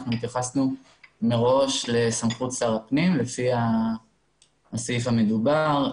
אנחנו התייחסנו מראש לסמכות שר הפנים לפי הסעיף המדובר.